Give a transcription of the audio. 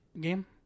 game